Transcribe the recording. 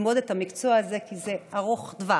ללמוד את המקצוע הזה, כי זה ארוך טווח,